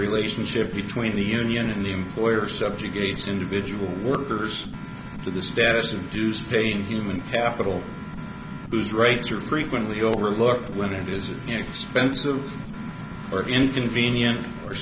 relationship between the union and the employer subjugates individual workers to the status of you station human capital those rates are frequently overlooked when it is expensive or inconvenient or